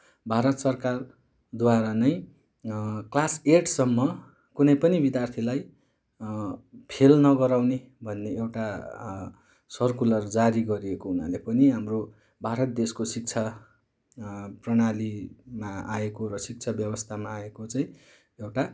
भारत सरकारद्वारा नै क्लास एटसम्म कुनै पनि विद्यार्थीलाई फेल नगराउने भन्ने एउटा सर्कुलर जारी गरिएको हुनाले पनि हाम्रो भारत देशको शिक्षा प्रणालीमा आएको र शिक्षा व्यवस्थामा आएको चाहिँ एउटा